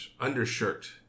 undershirt